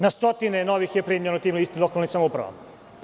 Na stotine novih je primljeno u tim istim lokalnim samoupravama.